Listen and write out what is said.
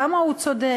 כמה הוא צודק,